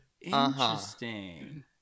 Interesting